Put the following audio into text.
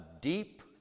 deep